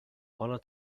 honour